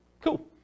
Cool